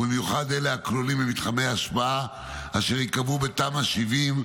במיוחד אלה הכלולים במתחמי השפעה אשר ייקבעו בתמ"א 70,